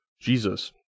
Jesus